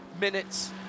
minutes